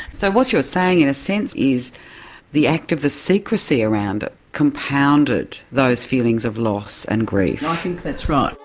so what you're saying in a sense is the act of the secrecy around it compounded those feelings of loss and grief. i think that's right.